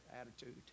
attitude